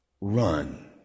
run